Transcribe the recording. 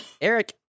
Eric